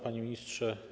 Panie Ministrze!